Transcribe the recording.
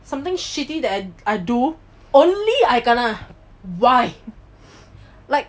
something shitty that I do only I kena why like